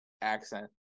accent